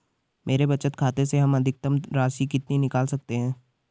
मेरे बचत खाते से हम अधिकतम राशि कितनी निकाल सकते हैं?